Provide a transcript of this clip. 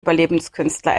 überlebenskünstler